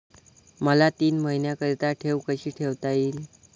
मला तीन महिन्याकरिता ठेव कशी ठेवता येईल?